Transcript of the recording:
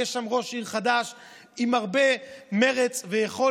ויש שם ראש עיר חדש עם הרבה מרץ ויכולת,